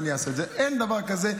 אין דבר כזה.